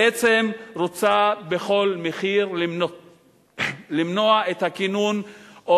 בעצם רוצה בכל מחיר למנוע את הכינון או